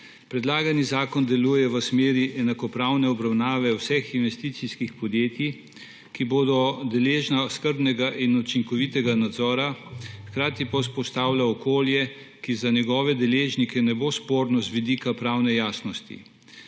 Predlagani zakon deluje v smeri enakopravne obravnave vseh investicijskih podjetij, ki bodo deležna skrbnega in učinkovitega nadzora, hkrati pa vzpostavlja okolje, ki za njegove deležnike ne bo sporno z vidika pravne jasnosti.